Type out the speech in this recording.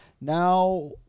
Now